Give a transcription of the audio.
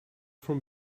from